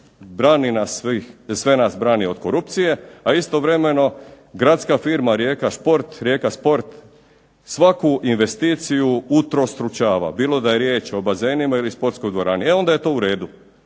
sve nas brani od korupcije, a istovremenom gradska firma Rijeka sport svaku investiciju utrostručava, bilo da je riječ o bazenima ili sportskoj dvorani. E onda je to u redu,